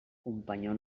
companyó